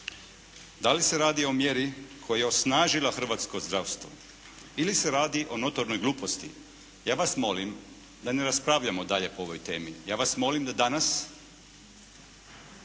da li se radi o mjeri koja je osnažila hrvatsko zdravstvo ili se radi o notornoj gluposti. Ja vas molim da ne raspravljamo dalje po ovoj temi, ja vas molim da danas